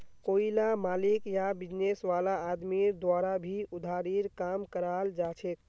कोईला मालिक या बिजनेस वाला आदमीर द्वारा भी उधारीर काम कराल जाछेक